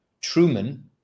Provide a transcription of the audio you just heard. Truman